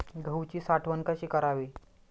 गहूची साठवण कशी करावी?